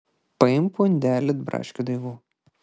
paimk pundelį braškių daigų